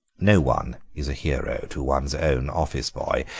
no one is a hero to one's own office-boy,